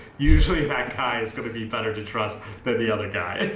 usually that guy is going to be better to trust that the other guy,